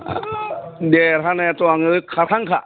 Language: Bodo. हाब देरहानायाथ' आंङो खाथांखा